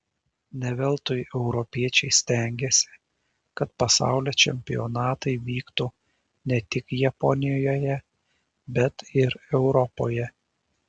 ne veltui europiečiai stengėsi kad pasaulio čempionatai vyktų ne tik japonijoje bet ir europoje